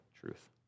truth